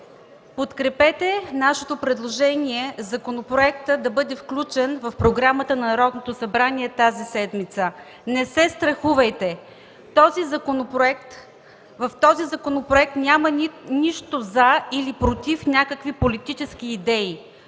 Подкрепете нашето предложение законопроектът да бъде включен в Програмата на Народното събрание тази седмица. Не се страхувайте! В този законопроект няма нищо „за” или „против” някакви политически идеи.